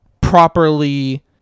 properly